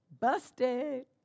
Busted